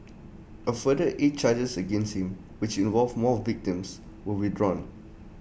A further eight charges against him which involved more victims were withdrawn